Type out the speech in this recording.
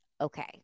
okay